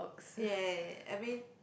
ya ya ya I mean